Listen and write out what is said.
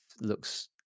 looks